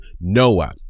NOAH